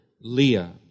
Leah